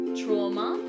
trauma